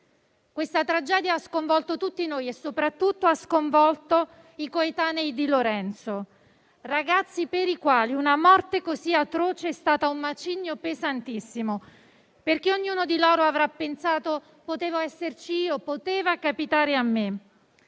Questa tragedia ha sconvolto tutti noi e soprattutto i coetanei di Lorenzo: ragazzi per i quali una morte così atroce è stata un macigno pesantissimo, perché ognuno di loro avrà pensato: potevo esserci io, poteva capitare a me.